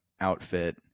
outfit